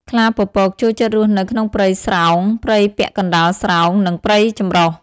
ខ្លាពពកចូលចិត្តរស់នៅក្នុងព្រៃស្រោង ព្រៃពាក់កណ្តាលស្រោង និងព្រៃចម្រុះ។